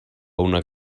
una